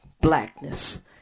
blackness